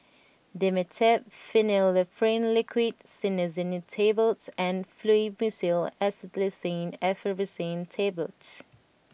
Dimetapp Phenylephrine Liquid Cinnarizine Tablets and Fluimucil Acetylcysteine Effervescent Tablets